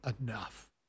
enough